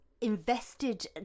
invested